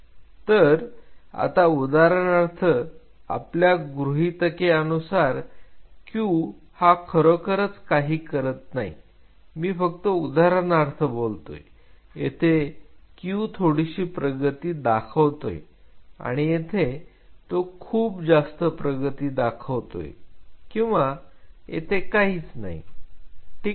तर आता उदाहरणार्थ आपल्या गृहीतके नुसार Q हा खरोखरच काही करत नाही मी फक्त उदाहरणार्थ बोलतोय येथे Q थोडीशी प्रगती दाखवतोय आणि येथे तो खूप जास्त प्रगती दाखवतोय किंवा येथे काही ठीक नाही